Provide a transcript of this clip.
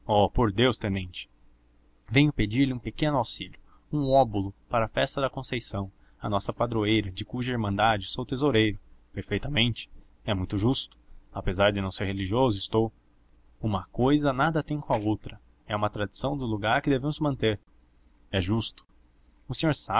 oh por deus tenente venho pedir-lhe um pequeno auxílio um óbulo para a festa da conceição a nossa padroeira de cuja irmandade sou tesoureiro perfeitamente é muito justo apesar de não ser religioso estou uma cousa nada tem com a outra é uma tradição do lugar que devemos manter é justo o senhor